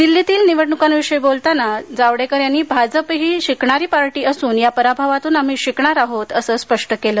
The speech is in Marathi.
दिल्लीतील निवडण्कांविषयी बोलताना प्रकाश जावडेकर यांनी भाजप ही शिकणारी पार्टी असून या पराभवातुन आम्ही शिकणार आहोत असे स्पष्ट केलं